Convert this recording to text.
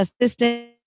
assistant